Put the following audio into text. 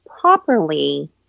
properly